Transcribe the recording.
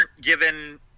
given